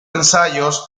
ensayos